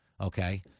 Okay